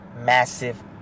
massive